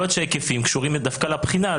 יכול להיות שההיקפים קשורים דווקא לבחינה,